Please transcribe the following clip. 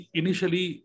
initially